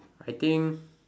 I think